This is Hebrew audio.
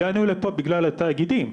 הגענו לפה, בגלל התאגידים.